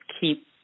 keep